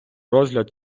розгляд